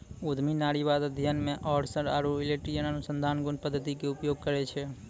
उद्यमी नारीवाद अध्ययन मे ओरसर आरु इलियट अनुसंधान गुण पद्धति के उपयोग करै छै